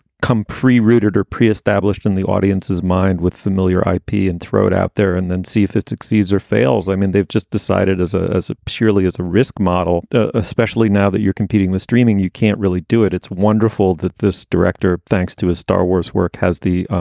come pre rooted or pre-established in the audience's mind with familiar i p. and throw it out there and then see if it succeeds or fails. i mean they've just decided as ah as purely as a risk model, especially now that you're competing with streaming, you can't really do it. it's wonderful that this director, thanks to a star wars work has the